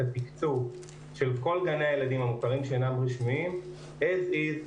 התקצוב של כל גני הילדים המוכרים שאינם רשמיים As is,